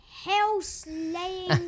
Hell-slaying